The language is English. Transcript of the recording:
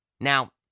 Now